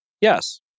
Yes